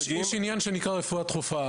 עניין שנקרא רפואה דחופה.